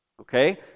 Okay